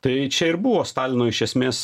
tai čia ir buvo stalino iš esmės